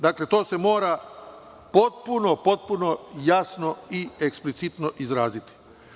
Dakle, to se mora potpuno jasno i eksplicitno izraziti.